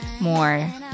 more